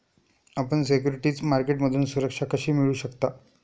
आपण सिक्युरिटीज मार्केटमधून सुरक्षा कशी मिळवू शकता?